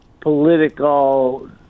political